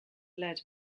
led